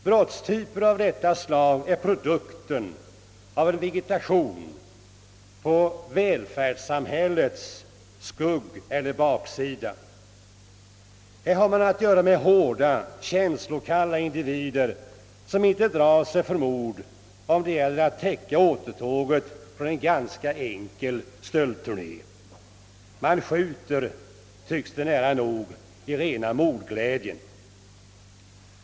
Brottstyper av detta nya slag är produkten av en vegetation på välfärdssamhällets skuggeller baksida. Här har man att göra med hårda, känslokalla individer som inte drar sig för mord om det gäller att täcka återtåget från en relativt enkel stöldturné. Man skjuter, tycks det, nära nog i rena mordglädjen.